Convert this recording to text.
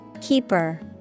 keeper